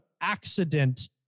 accident